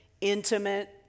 intimate